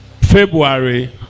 February